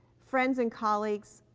friends and colleagues,